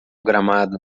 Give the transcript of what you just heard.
gramado